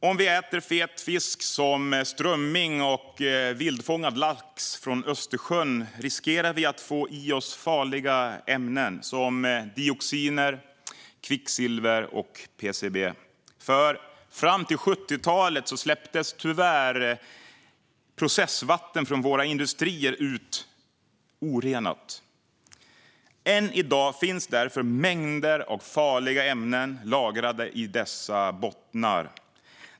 Om vi äter fet fisk som strömming och vildfångad lax från Östersjön riskerar vi att få i oss farliga ämnen som dioxiner, kvicksilver och PCB. Fram till 70-talet släpptes tyvärr processvatten från våra industrier ut orenat. Än i dag finns därför mängder av farliga ämnen lagrade i dessa bottnar.